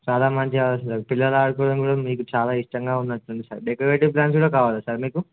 చాలా మంచిగా కాాలి సార్ పిల్లలు ఆడుకోవడం కూడా మీకు చాలా ఇష్టంగా ఉన్నట్టుంది స డెకరేటివ్ ప్లాంట్స్ కూడా కావాలా సార్ మీకు